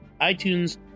iTunes